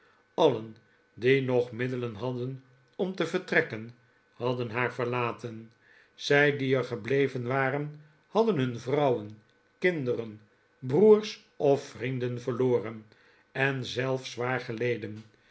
allen die nog middelen hadden om te vertrekken hadden haar verlaten zij die er gebleven waren hadden hun vrouwen kinderen broers of vrienden verloren en zelf zwaar geleden